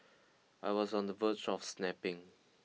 I was on the verge of snapping